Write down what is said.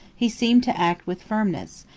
he seemed to act with firmness,